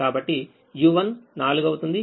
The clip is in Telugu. కాబట్టి u1 4 అవుతుంది